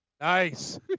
Nice